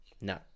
No